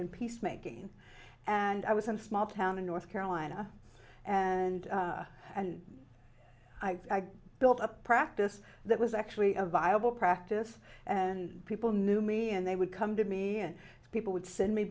and peacemaking and i was in a small town in north carolina and and i built a practice that was actually a viable practice and people knew me and they would come to me and people would send me